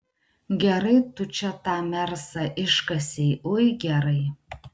gerai tu čia tą mersą iškasei ui gerai